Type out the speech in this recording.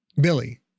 Billy